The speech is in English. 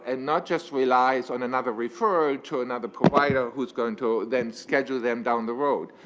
and not just relies on another referral to another provider who's going to then schedule them down the road.